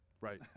right